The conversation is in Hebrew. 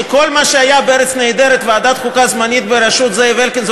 שכל מה שהיה ב"ארץ נהדרת" ועדת חוקה זמנית בראשות זאב אלקין,